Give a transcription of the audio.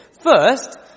First